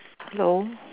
~lo